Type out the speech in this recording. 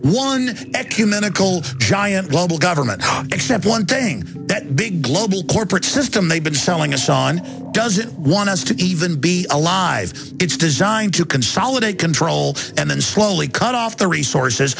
one ecumenical giant global government complex that one thing that big global corporate system they've been selling us on doesn't want us to even be alive it's designed to consolidate control and then slowly cut off the resources